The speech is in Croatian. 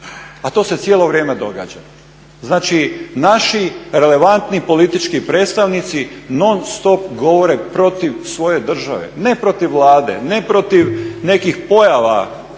a to se cijelo vrijeme događa. Znači naši relevantni politički predstavnici non-stop govore protiv svoje države, ne protiv Vlade, ne protiv nekih pojava